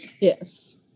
Yes